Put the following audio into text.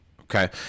Okay